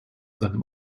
seinem